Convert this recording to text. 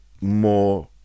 more